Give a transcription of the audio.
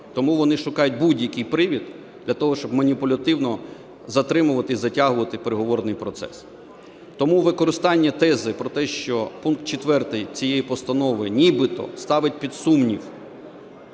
Тому вони шукають будь-який привід для того, щоб маніпулятивно затримувати і затягувати переговорний процес. Тому використання тези про те, що пункт 4 цієї постанови нібито ставить під сумнів